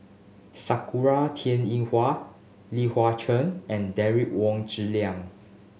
Sakura Teng Ying Hua Li Hua Cheng and Derek Wong Zi Liang